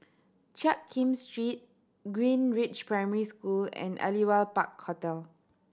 Jiak Kim Street Greenridge Primary School and Aliwal Park Hotel